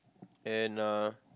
and uh